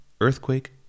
earthquake